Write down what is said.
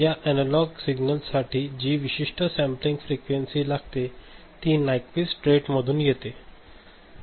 या analogue signal साठी जी विशिष्ठ सॅम्पलिंग फ्रीक्वेंसी लागते ती नायक्विस्ट रेट मधून येते